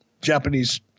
Japanese